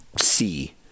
see